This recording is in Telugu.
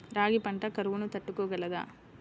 రాగి పంట కరువును తట్టుకోగలదా?